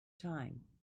time